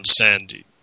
understand